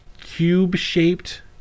cube-shaped